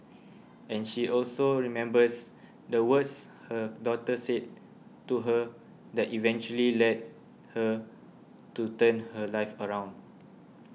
and she also remembers the words her daughter said to her that eventually led her to turn her life around